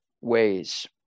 ways